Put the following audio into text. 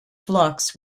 flux